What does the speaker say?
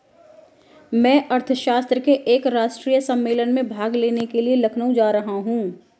मैं अर्थशास्त्र के एक राष्ट्रीय सम्मेलन में भाग लेने के लिए लखनऊ जा रहा हूँ